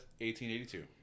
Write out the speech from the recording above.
1882